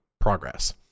progress